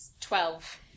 Twelve